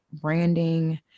branding